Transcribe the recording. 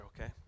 okay